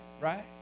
right